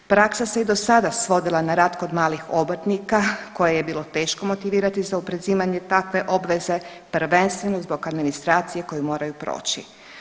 Praksa se i do sada svodila na rad kod malih obrtnika koje je bilo teško motivirati za preuzimanje takve obveze, prvenstveno zbog administracije koju moraju proći.